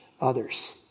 others